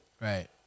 Right